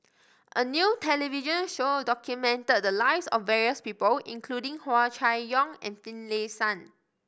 a new television show documented the lives of various people including Hua Chai Yong and Finlayson